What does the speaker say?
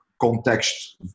context